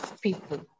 people